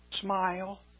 Smile